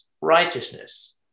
righteousness